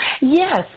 Yes